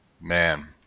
man